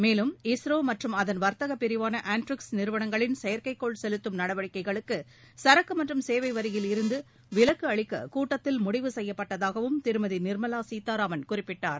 மேலும் இஸ்ரோ மற்றும் அதன் வாத்தக பிரிவான ஆன்ட்ரிக்ஸ் நிறுவனங்களின் செயற்கைகோள் செலுத்தும் நடவடிக்கைகளுக்கு சரக்கு மற்றும் சேவை வரியில் இருந்து விலக்களிக்க கூட்டத்தில் முடிவு செய்யப்பட்டதாகவும் திருமதி நிர்மலா சீதாராமன் குறிப்பிட்டார்